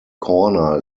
corner